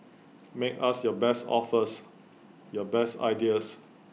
make us your best offers your best ideas